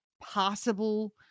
possible